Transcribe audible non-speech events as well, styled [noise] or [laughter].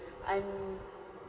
[breath] I'm